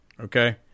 Okay